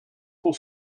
pour